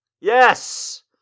Yes